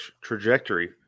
trajectory